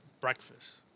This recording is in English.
breakfast